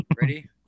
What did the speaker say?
Ready